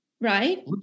right